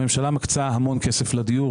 הממשלה מקצה המון כסף לדיור,